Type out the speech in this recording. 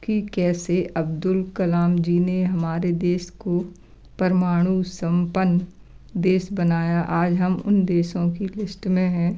कि कैसे अब्दुल कलाम जी ने हमारे देश को परमाणु सम्पन्न देश बनाया आज हम उन देशों की लिश्ट में हैं